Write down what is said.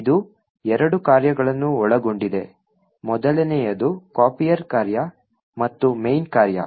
ಇದು ಎರಡು ಕಾರ್ಯಗಳನ್ನು ಒಳಗೊಂಡಿದೆ ಮೊದಲನೆಯದು copier ಕಾರ್ಯ ಮತ್ತು main ಕಾರ್ಯ